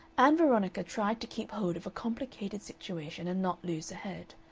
ann veronica tried to keep hold of a complicated situation and not lose her head.